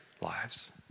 lives